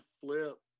flip